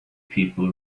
people